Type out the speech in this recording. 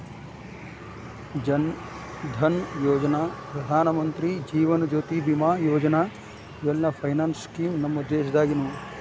ಜನ್ ಧನಯೋಜನಾ, ಪ್ರಧಾನಮಂತ್ರಿ ಜೇವನ ಜ್ಯೋತಿ ಬಿಮಾ ಯೋಜನಾ ಇವೆಲ್ಲ finance scheme ನಮ್ ದೇಶದಾಗಿನವು